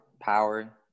power